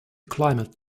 climate